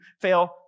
fail